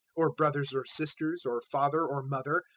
or brothers or sisters, or father or mother,